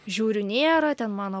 žiūriu nėra ten mano